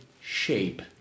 shape